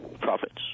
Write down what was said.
profits